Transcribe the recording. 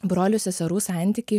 brolių seserų santykiai